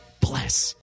bless